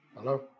Hello